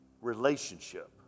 relationship